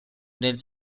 del